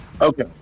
Okay